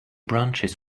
branches